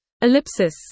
Ellipsis